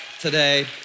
today